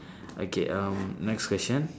okay um next question